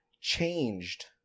changed